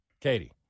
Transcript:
Katie